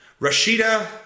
Rashida